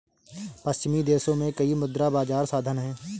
पश्चिमी देशों में कई मुद्रा बाजार साधन हैं